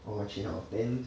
oh cheng hao then